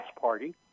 party